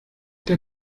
der